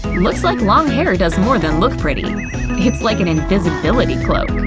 looks like long hair does more than look pretty. like it's like an invisibility cloak!